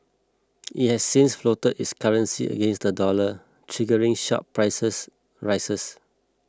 it has since floated its currency against the dollar triggering sharp prices rises